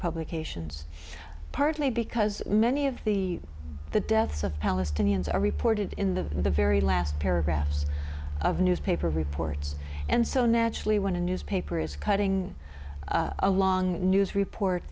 publications partly because many of the the deaths of palestinians are reported in the very last paragraphs of newspaper reports and so naturally when a newspaper is cutting a long news report